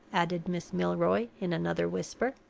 added miss milroy, in another whisper.